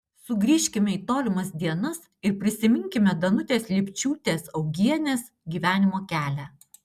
sugrįžkime į tolimas dienas ir prisiminkime danutės lipčiūtės augienės gyvenimo kelią